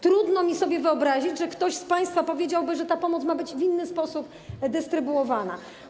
Trudno mi sobie wyobrazić, że ktoś z państwa powiedziałby, że ta pomoc ma być w inny sposób dystrybuowana.